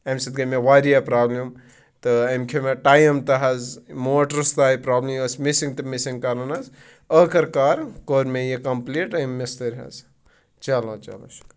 اَمہِ سۭتۍ گٔیے مےٚ واریاہ پرٛابلِم تہٕ أمۍ کھیوٚ مےٚ ٹایم تہِ حظ موٹرَس تہِ آے پرٛابلِم یہِ ٲسۍ مِسِنٛگ تہٕ مِسِنٛگ کَران حظ ٲخٕر کار کوٚر مےٚ یہِ کَمپلیٖٹ أمۍ مِستٕرۍ حظ چلو چلو شُکریہ